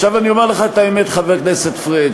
עכשיו אני אומר לך את האמת, חבר הכנסת פריג',